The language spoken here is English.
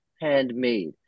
handmade